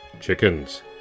chickens